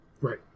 right